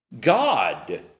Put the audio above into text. God